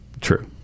True